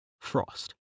Frost